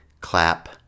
clap